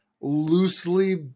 loosely